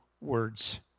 words